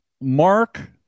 Mark